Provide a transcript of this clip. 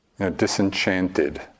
Disenchanted